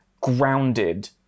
grounded